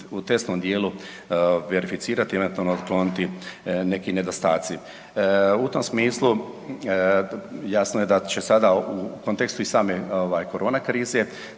u testnom dijelu verificirati i eventualno otkloniti neki nedostaci. U tom smislu jasno je da će sada u kontekstu i same ovaj korona krize